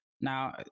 Now